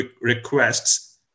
requests